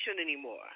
anymore